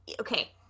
Okay